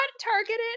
targeted